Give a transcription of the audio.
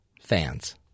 fans